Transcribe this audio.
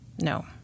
No